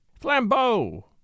Flambeau